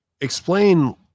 explain